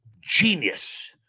genius